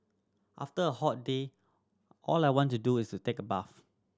after a hot day all I want to do is take a bath